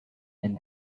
and